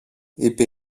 είπε